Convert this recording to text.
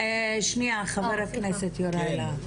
שנייה חבר הכנסת יוראי להב.